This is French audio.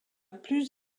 plus